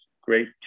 great